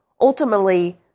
ultimately